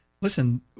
listen